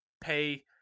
Pay